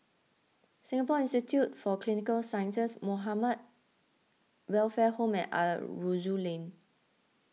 Singapore Institute for Clinical Sciences Muhamma Welfare Home and Aroozoo Lane